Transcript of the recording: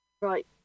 right